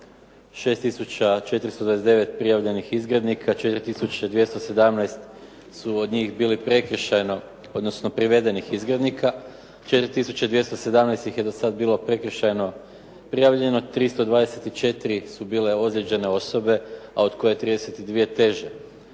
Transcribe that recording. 429 prijavljenih izgrednika, 4 tisuće 217 su od njih bili prekršajno, odnosno privedenih izgrednika, 4 tisuće 217 ih je do sada bilo prekršajno prijavljeno, 324 su bile ozlijeđene osobe, a od koje 32 teže.